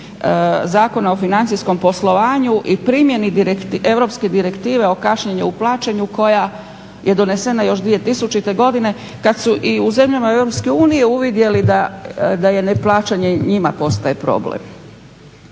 Zakona o financijskom poslovanju i primjeni europske direktive o kašnjenju u plaćanju koja je donesena još 2000. godine, kad su i u zemljama Europske unije uvidjeli da neplaćanje i njima postaje problem.